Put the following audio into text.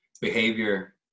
Behavior